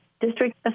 District